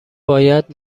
باید